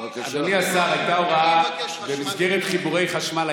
אדוני השר, במסגרת חיבורי חשמל.